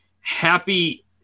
Happy